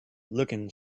looking